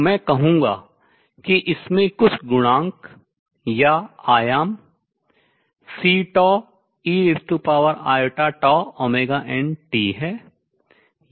तो मैं कहूँगा कि इसमें कुछ गुणांक या आयाम Ceiτnt है